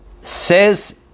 Says